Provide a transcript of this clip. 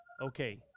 okay